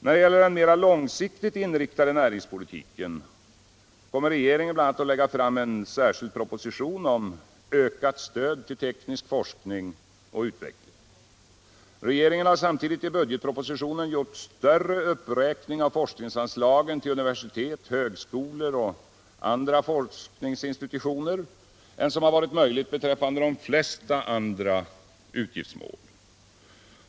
När det gäller den mera långsiktigt inriktade näringspolitiken kommer regeringen bl.a. att lägga fram en särskild proposition om ökat stöd till teknisk forskning och utveckling. Regeringen har samtidigt i budgetpropositionen gjort större uppräkning av forskningsanslagen till universitet, högskolor och andra forskningsinstitutioner än som varit igt beträffande de flesta andra utgiftsändamål.